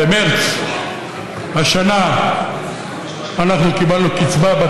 במרס השנה קיבלנו קצבה בת